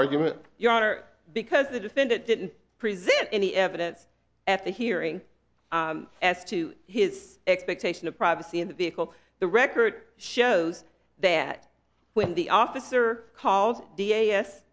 argument your honor because the defendant didn't present any evidence at the hearing as to his expectation of privacy in the vehicle the record shows that when the officer calls d